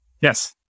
Yes